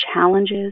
challenges